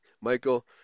Michael